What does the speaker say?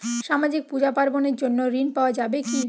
সামাজিক পূজা পার্বণ এর জন্য ঋণ পাওয়া যাবে কি?